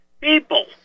people